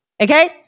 Okay